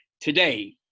today